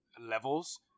levels